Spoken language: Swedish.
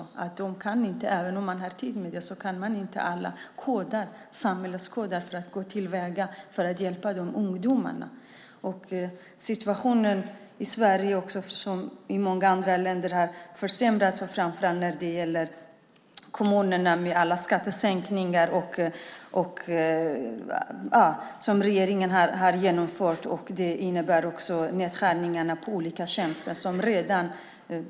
Även om de har tid kan de inte alla samhällets koder för att hjälpa ungdomarna. Situationen i Sverige, liksom i många andra länder, har försämrats, framför allt när det gäller kommunerna med alla skattesänkningar som regeringen har genomfört. Det innebär också nedskärningar i olika tjänster.